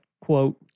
quote